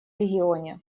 регионе